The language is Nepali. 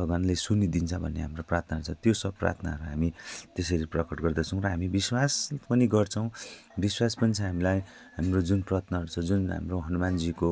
भगवानले सुनिदिन्छ भन्ने हाम्रो प्रार्थना छ त्यो सब प्रार्थना हामी त्यसरी प्रकट गर्दैछौँ र हामी विश्वास पनि गर्छौँ विश्वास पनि छ हामीलाई हाम्रो जुन प्रार्थनाहरू छ जुन हाम्रो हनुमानजीको